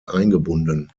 eingebunden